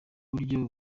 buryo